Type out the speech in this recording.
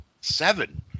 seven